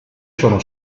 sono